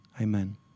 Amen